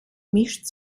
mischt